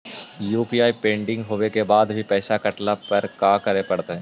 UPI pending होवे के बाद भी पैसा कटला पर का करे पड़तई?